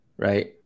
Right